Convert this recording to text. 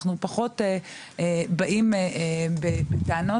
אנחנו פחות באים בטענות.